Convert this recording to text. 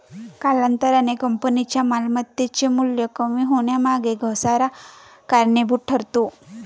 कालांतराने कंपनीच्या मालमत्तेचे मूल्य कमी होण्यामागे घसारा कारणीभूत ठरतो